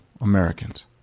Americans